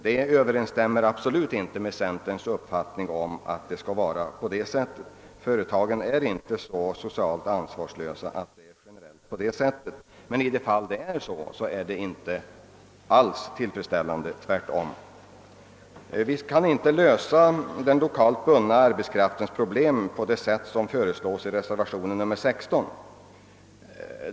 Centern har absolut inte uppfattningen att det är på det sättet; företagen är inte socialt så ansvarslösa att de generellt handlar så. I de fall detta förekommer, är det otillfredsställande. Vi kan inte lösa den lokalt bundna arbetskraftens problem på det sätt som föreslås i reservation nr 16, säger herr Fagerlund.